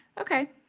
Okay